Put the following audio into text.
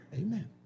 Amen